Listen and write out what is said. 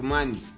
Money